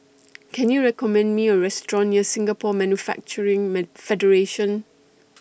Can YOU recommend Me A Restaurant near Singapore Manufacturing Man Federation